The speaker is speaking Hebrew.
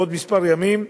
בעוד כמה ימים,